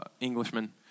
Englishman